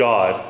God